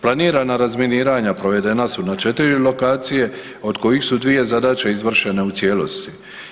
Planirana razminiranja provedena su na 4 lokacije od kojih su dvije zadaće izvršene u cijelosti.